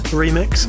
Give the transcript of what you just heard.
remix